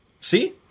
See